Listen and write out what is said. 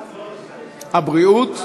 הבריאות?